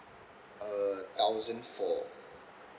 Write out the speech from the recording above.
uh thousand four